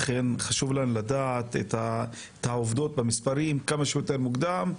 לכן חשוב לנו לדעת את העובדות במספרים כמה שיותר מוקדם,